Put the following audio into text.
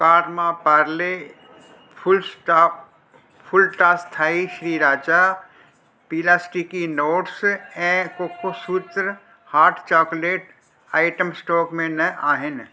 cart मां Parle full stop full toss Thai sriracha D P पीला sticky notes ऐं Cocosutra hot chocolate item stock में न आहिनि